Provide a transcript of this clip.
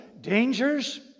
dangers